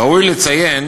ראוי לציין